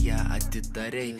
ją atidarei